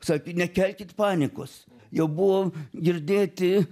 sakė nekelkit panikos jau buvo girdėti